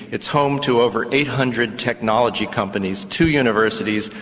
it's home to over eight hundred technology companies, two universities,